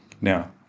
Now